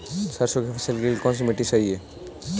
सरसों की फसल के लिए कौनसी मिट्टी सही हैं?